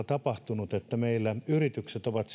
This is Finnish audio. tapahtunut tätä kirjoa että yritykset ovat